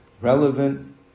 relevant